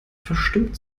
verstimmt